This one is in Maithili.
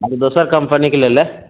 बाँकी दोसर कम्पनीके लऽ लए